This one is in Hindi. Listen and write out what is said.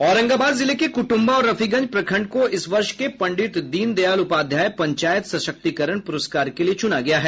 औरंगाबाद जिले के कुटुम्बा और रफीगंज प्रखंड को इस वर्ष के पंडित दीनदयाल उपाध्याय पंचायत सशक्तीकरण पुरस्कार के लिये चुना गया है